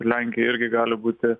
lenkija irgi gali būti